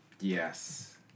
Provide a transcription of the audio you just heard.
yes